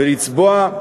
ולצבוע,